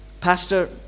pastor